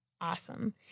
awesome